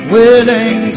willing